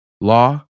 law